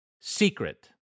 Secret